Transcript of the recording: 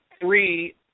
three